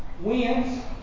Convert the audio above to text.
wins